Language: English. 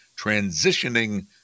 transitioning